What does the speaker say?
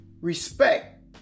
respect